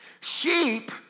Sheep